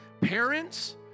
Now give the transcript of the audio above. Parents